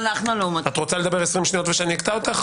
את רוצה שאקטע אותך אחרי 20 שניות?